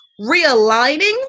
realigning